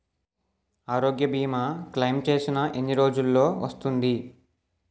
ఆరోగ్య భీమా క్లైమ్ చేసిన ఎన్ని రోజ్జులో వస్తుంది?